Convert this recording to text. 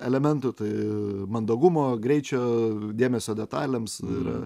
elementų tai mandagumo greičio dėmesio detalėms ir